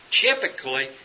Typically